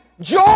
joy